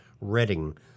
Reading